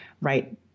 right